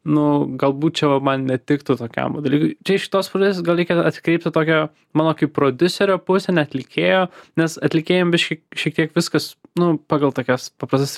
nu galbūt čia va man netiktų tokiam va dalykui čia iš kitos pusės gal reikia atkreipt į tokią mano kaip prodiuserio pusę ne atlikėjo nes atlikėjam biškį šiek tiek viskas nu pagal tokias paprastas